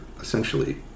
essentially